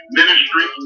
ministry